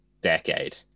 decade